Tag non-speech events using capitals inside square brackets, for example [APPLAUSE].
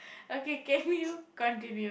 [BREATH] okay can you continue